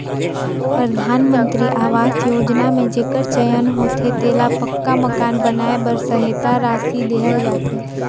परधानमंतरी अवास योजना में जेकर चयन होथे तेला पक्का मकान बनाए बर सहेता रासि देहल जाथे